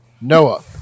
Noah